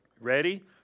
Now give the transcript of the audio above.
Ready